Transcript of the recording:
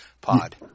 pod